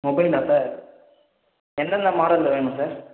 மொபைலா sir எந்தந்த மாடலில் வேணும் சார்